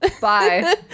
Bye